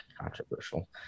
controversial